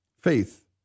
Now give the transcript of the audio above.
Faith